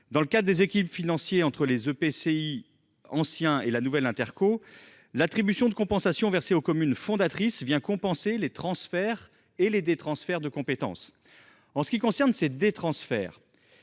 Dans le cadre des équilibres financiers entre les anciens EPCI et la nouvelle intercommunalité, l’attribution de compensation (AC) versée aux communes fondatrices vient contrebalancer les transferts et les « détransferts » de compétences. En ce qui concerne ces « détransferts